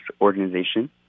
organization